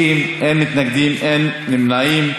שנייה.